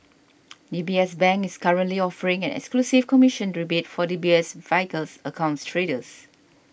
D B S Bank is currently offering an exclusive commission rebate for D B S Vickers accounts traders